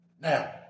Now